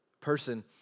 Person